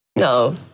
No